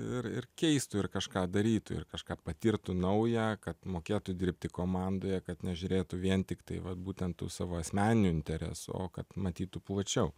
ir ir keistų ir kažką darytų ir kažką patirtų naują kad mokėtų dirbti komandoje kad nežiūrėtų vien tiktai vat būtent tų savo asmeninių interesų o kad matytų plačiau